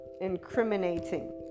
incriminating